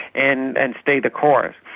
and and stay the course.